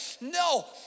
no